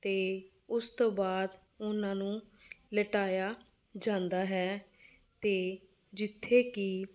ਅਤੇ ਉਸ ਤੋਂ ਬਾਅਦ ਉਹਨਾਂ ਨੂੰ ਲਿਟਾਇਆ ਜਾਂਦਾ ਹੈ ਅਤੇ ਜਿੱਥੇ ਕਿ